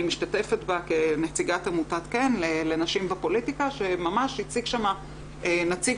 משתתפת בה כנציגת עמותת כ"ן לנשים בפוליטיקה שממש הציג שם נציג